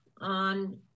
on